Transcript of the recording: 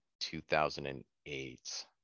2008